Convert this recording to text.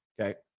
okay